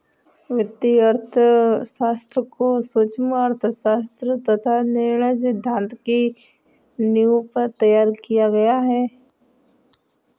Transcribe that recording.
वित्तीय अर्थशास्त्र को सूक्ष्म अर्थशास्त्र तथा निर्णय सिद्धांत की नींव पर तैयार किया गया है